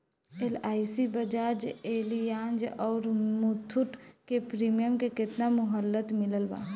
LIC Bajaj Allianz आउर मुथूट के premium के केतना मुहलत मिलल बा?